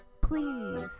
please